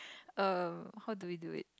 um how do we do it